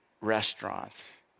restaurants